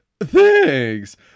Thanks